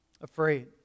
afraid